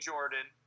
Jordan